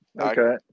Okay